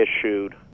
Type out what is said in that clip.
issued